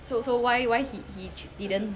so so why why he he ch~ didn't